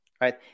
right